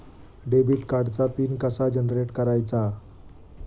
Debit कार्डचा PIN कसा generate करायचा?